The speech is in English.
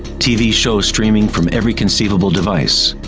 tv shows streaming from every conceivable device.